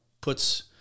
puts